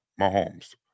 Mahomes